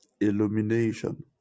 illumination